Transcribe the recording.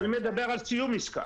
אני מדבר על סיום עסקה.